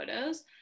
photos